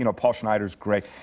you know paul schneider is great.